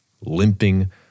limping